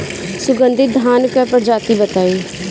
सुगन्धित धान क प्रजाति बताई?